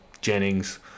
Jennings